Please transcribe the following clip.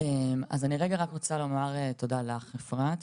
אז אני רגע רק רוצה לומר תודה לך אפרת.